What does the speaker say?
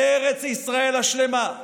ארץ ישראל השלמה,